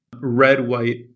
red-white